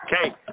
Okay